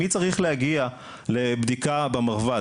מי צריך להגיע לבדיקה במרב"ד.